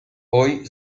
hoy